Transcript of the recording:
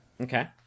Okay